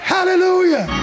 Hallelujah